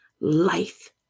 life